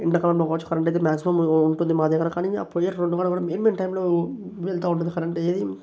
ఎండాకాలంలో కావచ్చు కరెంట్ అయితే మాక్సిమం ఉంటుంది మా దగ్గర కానీ ఆ పొయే రెండు వారాల్లో కూడా మెయిన్ మెయిన్ టైమ్లో వెళ్తూ ఉంటుంది కరెంట్ ఏయిమ్